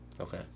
Okay